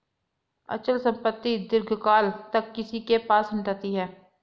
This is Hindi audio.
अचल संपत्ति दीर्घकाल तक किसी के पास रहती है